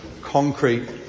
concrete